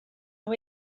nhw